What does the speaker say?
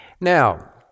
Now